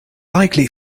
likely